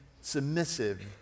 submissive